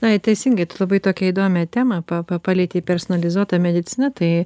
na teisingai tu labai tokią įdomią temą palietei personalizuota medicina tai